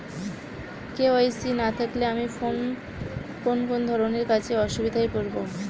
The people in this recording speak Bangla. কে.ওয়াই.সি না থাকলে আমি কোন কোন ধরনের কাজে অসুবিধায় পড়ব?